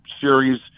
series